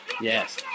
Yes